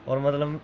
होर मतलब